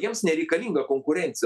jiems nereikalinga konkurencija